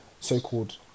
so-called